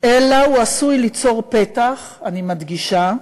אלא הוא עשוי ליצור פתח, אני מדגישה,